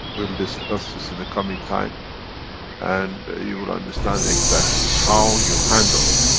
we'll discuss this in the coming time and you will understand exactly how you handle it.